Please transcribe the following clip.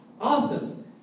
Awesome